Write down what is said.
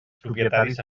propietaris